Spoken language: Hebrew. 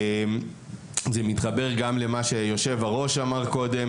זה מתחבר גם למה שיושב הראש אמר קודם,